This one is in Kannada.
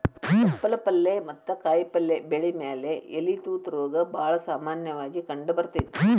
ತಪ್ಪಲ ಪಲ್ಲೆ ಮತ್ತ ಕಾಯಪಲ್ಲೆ ಬೆಳಿ ಮ್ಯಾಲೆ ಎಲಿ ತೂತ ರೋಗ ಬಾಳ ಸಾಮನ್ಯವಾಗಿ ಕಂಡಬರ್ತೇತಿ